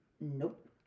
nope